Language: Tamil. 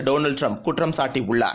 டொனாவ்ட் டிரம்ப் குற்றம் சாட்டியுள்ளார்